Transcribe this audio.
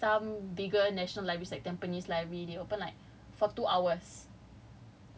bugis the national library and like some bigger national libraries like tampines library they open like